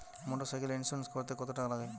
মোটরসাইকেলের ইন্সুরেন্স করতে কত টাকা লাগে?